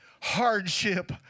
hardship